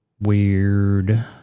Weird